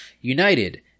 united